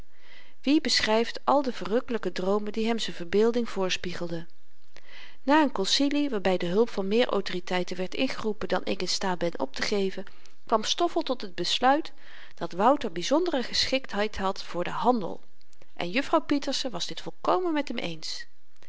wie beschryft al de verrukkelyke droomen die hem z'n verbeelding voorspiegelde na n koncilie waarby de hulp van meer autoriteiten werd ingeroepen dan ik in staat ben optegeven kwam stoffel tot het besluit dat wouter byzondere geschiktheid had voor den handel en juffrouw pieterse was dit volkomen met hem eens